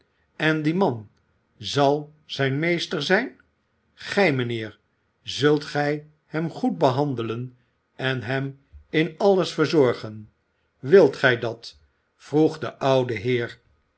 en die man zal zijn meester zijn gij mijnheer zult gij hem goed behandelen en hem in alles verzorgen wilt gij dat vroeg de oude heer